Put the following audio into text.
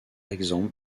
exemple